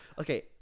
Okay